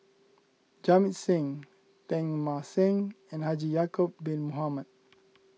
Jamit Singh Teng Mah Seng and Haji Ya'Acob Bin Mohamed